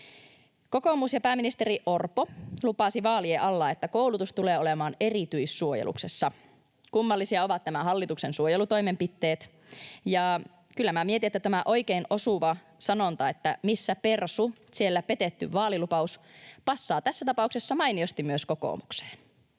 Kokoomus ja pääministeri Orpo lupasivat vaalien alla, että koulutus tulee olemaan erityissuojeluksessa. Kummallisia ovat nämä hallituksen suojelutoimenpiteet, ja kyllä minä mietin, että tämä oikein osuva sanonta ”missä persu, siellä petetty vaalilupaus” passaa tässä tapauksessa mainiosti myös kokoomukseen.